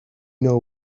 know